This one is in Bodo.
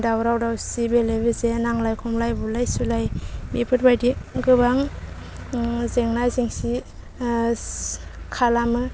दावराव दावसि बेले बेजे नांलाय खमलाय बुलाय सुलाय बेफोरबायदि गोबां जेंना जेंसि खालामो